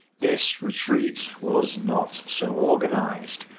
this retreat was not so organized,